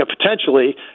potentially